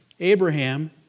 Abraham